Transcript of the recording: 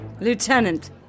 Lieutenant